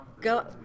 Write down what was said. go